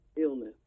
illness